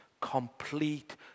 Complete